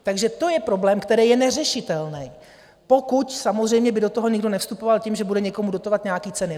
Takže to je problém, který je neřešitelný, pokud samozřejmě by do toho někdo nevstupoval tím, že bude někomu dotovat nějaké ceny.